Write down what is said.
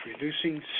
reducing